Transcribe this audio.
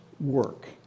work